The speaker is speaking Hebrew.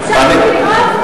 המשכתם לטעות.